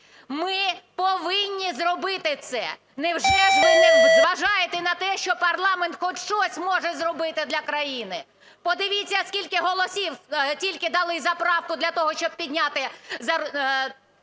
Ми повинні зробити це. Невже ж ви не зважаєте на те, що парламент хоч щось може зробити для країни? Подивіться, скільки голосів тільки дали за правку для того, щоб підняти